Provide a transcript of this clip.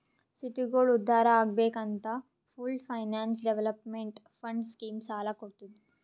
ಸಿಟಿಗೋಳ ಉದ್ಧಾರ್ ಆಗ್ಬೇಕ್ ಅಂತ pooled finance development fund scheme ಸಾಲ ಕೊಡ್ತುದ್